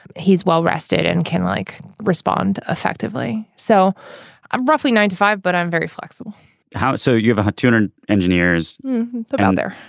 he's well rested and can like respond effectively. so i'm roughly nine to five but i'm very flexible how so you have a tutor engineers around there.